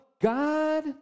God